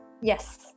Yes